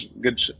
good